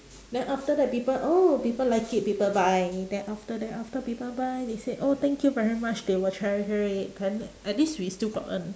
then after that people oh people like it people buy then after that after people buy they said oh thank you very much they will treasure it it at least we still got earn